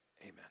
Amen